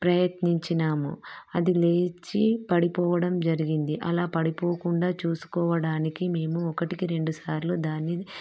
ప్రయత్నించినాము అది లేచి పడిపోవడం జరిగింది అలా పడిపోకుండా చూసుకోవడానికి మేము ఒకటికి రెండు సార్లు దాన్ని